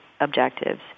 objectives